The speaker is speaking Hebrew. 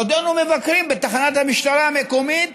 בעודנו מבקרים בתחנת המשטרה המקומית